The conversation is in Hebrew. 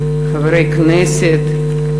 חברי הכנסת,